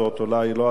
אולי לא אתה,